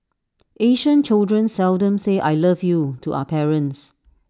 Asian children seldom say I love you to our parents